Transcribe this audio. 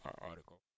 article